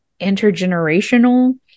intergenerational